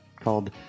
called